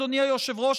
אדוני היושב-ראש,